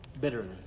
bitterly